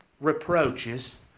reproaches